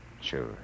Sure